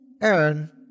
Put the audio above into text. Aaron